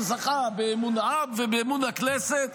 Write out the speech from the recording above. שזכה באמון העם ואמון הכנסת,